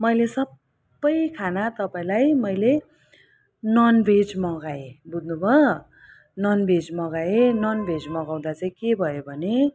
मैले सबै खाना तपाईँलाई मैले नन भेज मगाएँ बुझ्नुभयो नन भेज मगाएँ नन भेज मगाउँदा चाहिँ के भयो भने